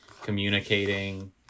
communicating